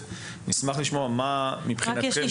נשמח לשמוע מה מבחינתכם תוכנית החומש.